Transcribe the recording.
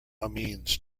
amines